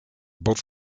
both